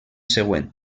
següent